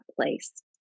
place